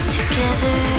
Together